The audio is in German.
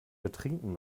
betrinken